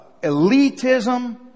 elitism